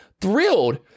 thrilled